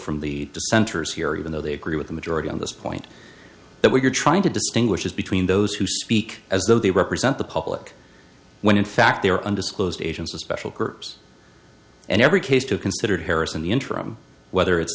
from the dissenters here even though they agree with the majority on this point that what you're trying to distinguish is between those who speak as though they represent the public when in fact they're undisclosed agents of special groups and every case to consider harris in the interim whether it's